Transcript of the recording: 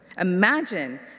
Imagine